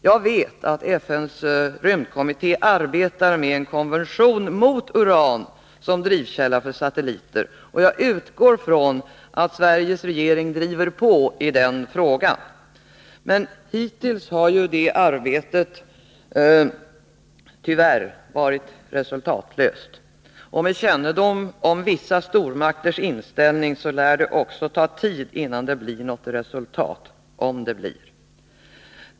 Jag vet att FN:s rymdkommitté arbetar med en konvention mot användandet av uran som drivkälla för satelliter, och jag utgår från att Sveriges regering driver på i den frågan. Hittills har det arbetet — tyvärr — varit resultatlöst. Med kännedom om vissa stormakters inställning härvidlag lär det ta tid, innan det blir något resultat — om det nu blir något sådant.